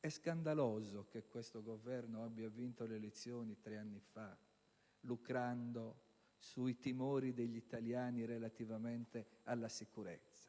è scandaloso che questo Governo abbia vinto le elezioni tre anni fa lucrando sui timori degli italiani relativamente alla sicurezza